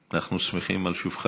אנחנו שמחים על שובך